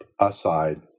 aside